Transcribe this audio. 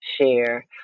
share